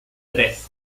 tres